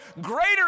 greater